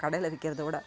கடையில விக்கிறதை விட